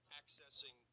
accessing